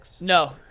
No